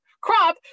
crop